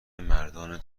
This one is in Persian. مردان